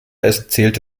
erzählte